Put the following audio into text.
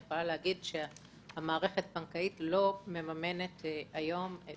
אני יכולה להגיד שהמערכת הבנקאית לא מממנת היום את